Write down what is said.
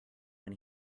when